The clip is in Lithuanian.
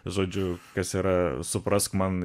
žodžiu kas yra suprask man